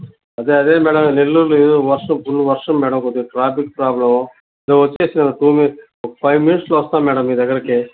అదే అదే మేడం నెల్లూరులో ఈరోజు వర్షం ఫుల్లు వర్షం మేడం కొద్దిగా ట్రాఫిక్ ప్రాబ్లెమ్ ఇదో వచ్చేసా టూ మినట్స్ ఒక ఫైమినట్స్లో వస్తాను మేడం మీ దగ్గరకి